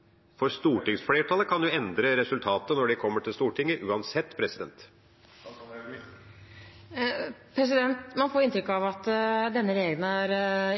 samfunn? Stortingsflertallet kan uansett endre resultatet når det kommer til Stortinget. Man får inntrykk av at denne regjeringen har